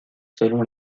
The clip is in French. selon